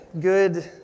Good